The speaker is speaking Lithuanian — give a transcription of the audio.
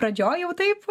pradžioj jau taip